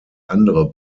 andere